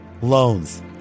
Loans